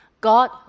God